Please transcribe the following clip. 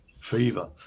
fever